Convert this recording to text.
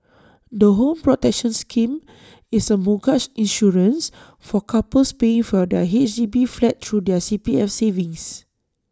the home protection scheme is A mortgage insurance for couples paying for their H D B flat through their C P F savings